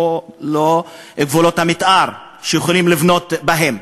לא גבולות המתאר שיכולים לבנות בהם.